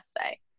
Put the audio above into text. essay